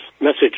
message